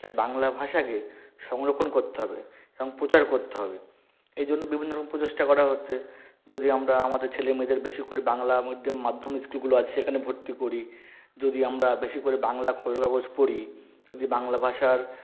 তাই বাংলা ভাষাকে সংরক্ষণ করতে হবে এবং প্রচার করতে হবে এজন্য বিভিন্ন রকম প্রচেষ্টা করা হচ্ছে যদি আমরা আমাদের ছেলে মেয়েদের বেশি করে বাংলা মাধ্যম স্কুলগুলো আছে সেখানে ভর্তি করি যদি আমরা বেশি করে বাংলা খবরের কাগজ পড়ি যদি বাংলা ভাষার